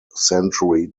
century